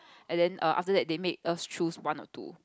and then err after that they made us choose one of two